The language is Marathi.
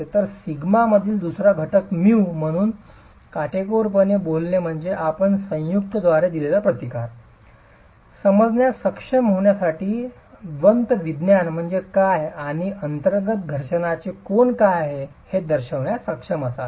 तर सिग्मा मधील दुसरा घटक म्यू म्हणून काटेकोरपणे बोलणे म्हणजे आपण संयुक्त द्वारे दिलेला प्रतिकार समजण्यास सक्षम होण्यासाठी द्वंतविज्ञान म्हणजे काय आणि अंतर्गत घर्षणाचे कोन काय आहे हे दर्शविण्यास सक्षम असावे